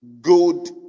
good